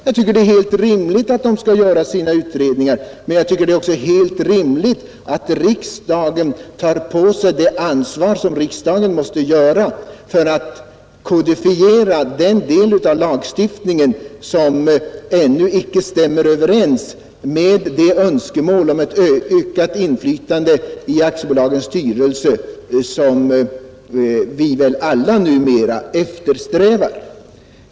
Jag tycker att det är helt rimligt att de gör sina utredningar, men det är också helt rimligt att riksdagen tar på sig det ansvar som riksdagen måste ha för att kodifiera den del av lagstiftningen som ännu inte stämmer överens med de önskemål om ett ökat inflytande i aktiebolagens styrelser som vi väl alla numera har.